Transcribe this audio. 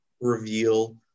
reveal